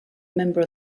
member